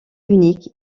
unique